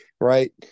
right